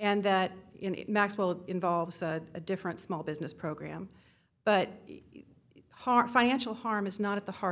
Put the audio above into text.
and that in maxwell it involves a different small business program but heart financial harm is not at the heart